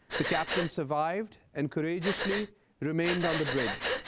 the captain survived and courageously remained on the bridge,